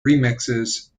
remixes